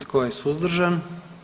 Tko je suzdržan?